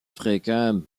africain